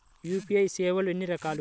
UPI సేవలు ఎన్నిరకాలు?